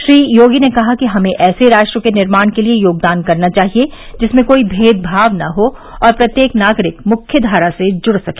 श्री योगी ने कहा कि हमें ऐसे राष्ट्र के निर्माण के लिये योगदान करना चाहिये जिसमें कोई भेदभाव न हो और प्रत्येक नागरिक मुख्य धारा से जुड़ सके